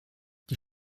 die